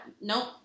nope